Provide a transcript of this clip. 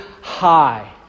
high